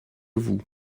vous